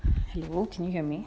hello can you hear me